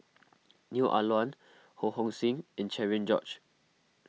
Neo Ah Luan Ho Hong Sing and Cherian George